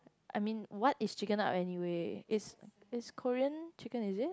I mean what is chicken up anyway it's it's Korean chicken is it